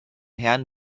herrn